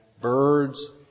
birds